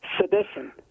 Sedition